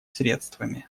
средствами